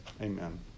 Amen